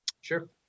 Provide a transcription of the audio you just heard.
Sure